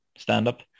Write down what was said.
stand-up